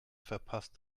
verpasst